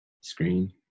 screen